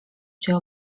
cię